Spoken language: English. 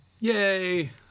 Yay